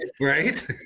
right